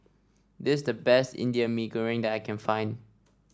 this is the best Indian Mee Goreng that I can find